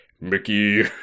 Mickey